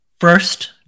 First